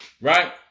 right